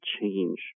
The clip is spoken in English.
change